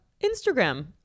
Instagram